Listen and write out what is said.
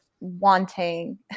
wanting